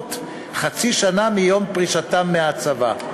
לפחות חצי שנה מיום פרישתם מהצבא.